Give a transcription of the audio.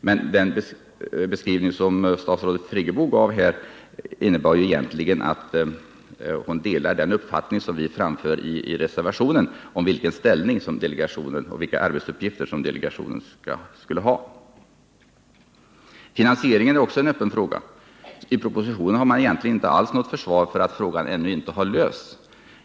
Men den beskrivning som statsrådet Friggebo gav här innebär egentligen, att hon delar den uppfattning som vi anför i reservationen i vad gäller den ställning och de arbetsuppgifter som delegationen skall ha. Finansieringen är också en öppen fråga. I propositionen har man egentligen inte alls något försvar för att frågan ännu inte lösts.